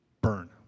burn